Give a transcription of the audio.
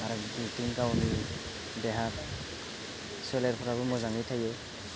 आरो इथिं गावनि देहा सोलेरफोराबो मोजाङै थायो